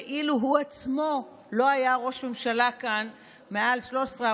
כאילו הוא עצמו לא היה ראש ממשלה כאן מעל 13,